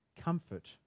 comfort